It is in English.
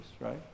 right